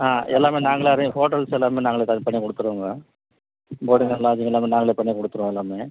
ஆ எல்லாமே நாங்களாவே ஹோட்டல்ஸ் எல்லாமே நாங்களே செலக்ட் பண்ணி கொடுத்துருவங்க போர்டிங் அன் லாட்ஜிங் எல்லாமே நாங்களே பண்ணிக் கொடுத்துருவோம் எல்லாமே